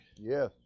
Yes